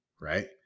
right